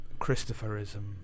Christopherism